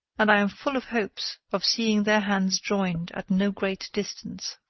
and i am full of hopes of seeing their hands joined at no great distance.